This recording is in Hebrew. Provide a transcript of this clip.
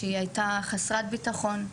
שהיא הייתה חסרת ביטחון,